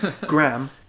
Graham